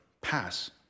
pass